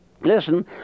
Listen